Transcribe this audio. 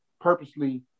purposely